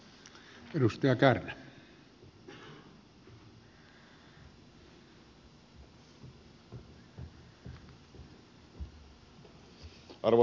arvoisa puhemies